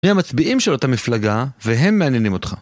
מי הם המצביעים של אותה מפלגה, והם מעניינים אותך.